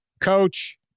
Coach